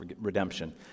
redemption